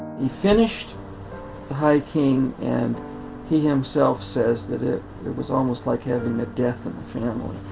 he finished the high king and he himself says that it it was almost like having a death in the family.